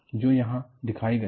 जो यहां दिखाए गए हैं